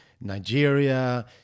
Nigeria